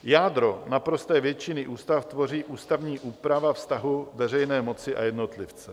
Jádro naprosté většiny ústav tvoří ústavní úprava vztahu veřejné moci a jednotlivce.